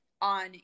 on